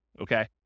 okay